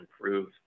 improve